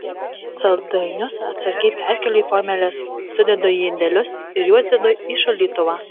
saldainius atsargiai perkeliu į formeles sudedu į indelius ir juos dedu į šaldytuvą